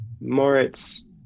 Moritz